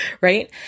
Right